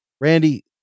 Randy